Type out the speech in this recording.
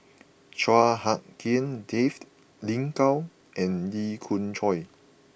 Chua Hak Lien Dave Lin Gao and Lee Khoon Choy